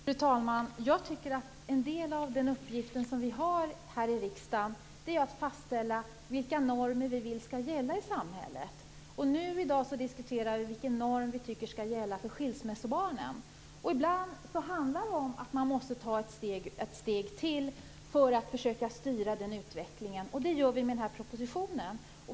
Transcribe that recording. Fru talman! Jag tycker att en del av den uppgift som vi har här i riksdagen är att fastställa vilka normer vi vill skall gälla i samhället. I dag diskuterar vi vilken norm vi tycker skall gälla för skilsmässobarnen. Ibland handlar det om att man måste ta ett steg till för att försöka styra den utvecklingen. Det gör vi med den här propositionen.